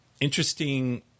interesting